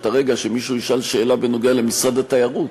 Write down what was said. את הרגע שמישהו ישאל שאלה בנוגע למשרד התיירות,